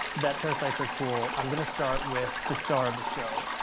that parasites are cool, i'm going to start with the star of the show.